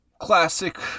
classic